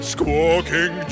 Squawking